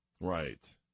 Right